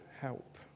help